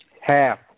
Half